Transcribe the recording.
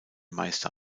meister